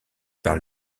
par